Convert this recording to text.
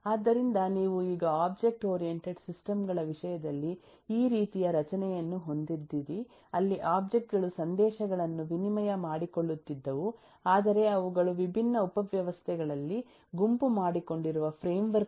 ಆದ್ದರಿಂದ ನೀವು ಈಗ ಒಬ್ಜೆಕ್ಟ್ ಓರಿಯೆಂಟೆಡ್ ಸಿಸ್ಟಮ್ ಗಳ ವಿಷಯದಲ್ಲಿ ಈ ರೀತಿಯ ರಚನೆಯನ್ನು ಹೊಂದಿದ್ದೀರಿ ಅಲ್ಲಿ ಒಬ್ಜೆಕ್ಟ್ ಗಳು ಸಂದೇಶಗಳನ್ನು ವಿನಿಮಯ ಮಾಡಿಕೊಳ್ಳುತ್ತಿದ್ದವು ಆದರೆ ಅವುಗಳು ವಿಭಿನ್ನ ಉಪವ್ಯವಸ್ಥೆಗಳಲ್ಲಿ ಗುಂಪು ಮಾಡಿಕೊಂಡಿರುವ ಫ್ರೇಮ್ವರ್ಕ್ ನ ಪ್ರಕಾರ ಈಗ ಒಟ್ಟಿಗೆ ಸೇರಿವೆ